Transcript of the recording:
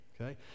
okay